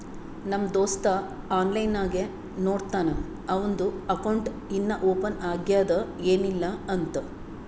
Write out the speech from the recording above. ನಮ್ ದೋಸ್ತ ಆನ್ಲೈನ್ ನಾಗೆ ನೋಡ್ತಾನ್ ಅವಂದು ಅಕೌಂಟ್ ಇನ್ನಾ ಓಪನ್ ಆಗ್ಯಾದ್ ಏನಿಲ್ಲಾ ಅಂತ್